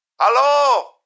Hello